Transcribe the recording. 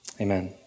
Amen